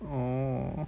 orh